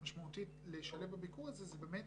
משמעותית לשלב בביקור הזה, זה באמת